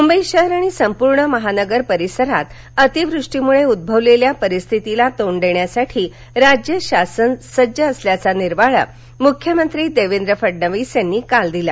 मुंबई शहर आणि संपूर्ण महानगर परिसरातील अतिवृष्टीमुळे उद्भवलेल्या परिस्थितीला तोंड देण्यासाठी राज्य शासन सज्ज असल्याचा निर्वाळा मुख्यमंत्री देवेंद्र फडणविस यांनी काल दिला